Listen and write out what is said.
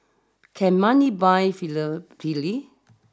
can money buy filial piety